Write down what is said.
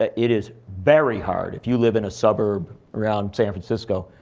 ah it is very hard, if you live in a suburb around san francisco,